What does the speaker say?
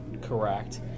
correct